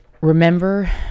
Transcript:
remember